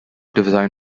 design